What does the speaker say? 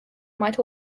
might